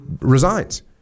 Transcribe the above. resigns